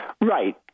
Right